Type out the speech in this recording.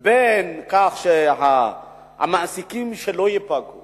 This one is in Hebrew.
בין כך שהמעסיקים לא ייפגעו